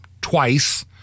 twice